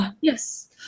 Yes